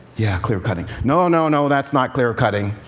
yeah, clear cutting. no, no, no, that's not clear cutting,